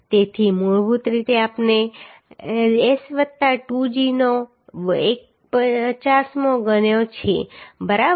તેથી મૂળભૂત રીતે આપણે a વત્તા 2g S વત્તા 2g નો 1 50મો ગણ્યો છે બરાબર